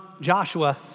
Joshua